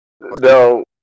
No